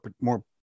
more